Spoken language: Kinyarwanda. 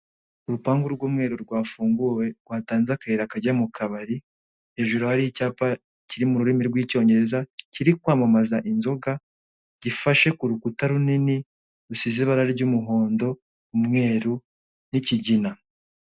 Urupangu rw'umweru rwafunguwe, rwatanze akayira kajya mu kabari, hejuru hari icyapa kiri mu rurimi rw'icyongereza, kiri kwamamaza inzoga, gifashe ku rukuta runini, rusize ibara ry'umuhondo, umweru n'ikigina.